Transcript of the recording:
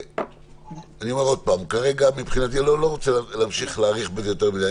אני לא רוצה להמשיך להאריך בזה יותר מידיי.